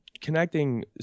connecting